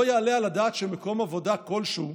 לא יעלה על הדעת שמקום עבודה כלשהו,